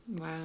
Wow